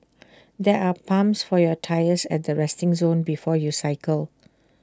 there are pumps for your tyres at the resting zone before you cycle